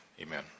Amen